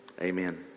Amen